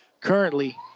currently